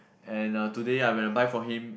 and uh today I when I buy from him